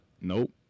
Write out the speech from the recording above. Nope